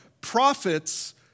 prophets